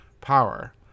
power